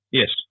yes